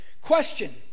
Question